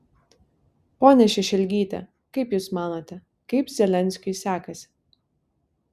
ponia šešelgyte kaip jūs manote kaip zelenskiui sekasi